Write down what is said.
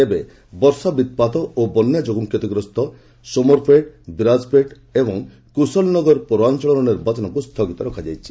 ତେବେ ବର୍ଷା ବ୍ୟୁପ୍ଠାତ ଓ ବନ୍ୟା ଯୋଗୁଁ କ୍ଷତିଗ୍ରସ୍ତ ସୋମରପେଟ୍ ବିରାଜ୍ପେଟ୍ ଓ କୁଶଲନଗର ପୌରାଞ୍ଚଳର ନିର୍ବାଚନକୁ ସ୍ଥଗିତ ରଖାଯାଇଛି